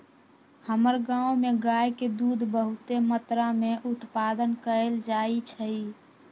हमर गांव में गाय के दूध बहुते मत्रा में उत्पादन कएल जाइ छइ